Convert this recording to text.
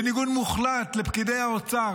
בניגוד מוחלט לפקידי האוצר,